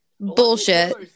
Bullshit